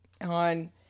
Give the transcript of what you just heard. on